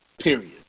Period